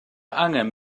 angen